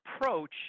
approach